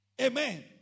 Amen